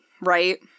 right